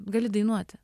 gali dainuoti